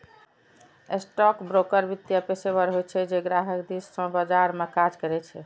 stockbroker वित्तीय पेशेवर होइ छै, जे ग्राहक दिस सं बाजार मे काज करै छै